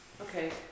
Okay